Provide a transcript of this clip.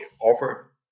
offer